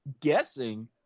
guessing